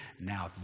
Now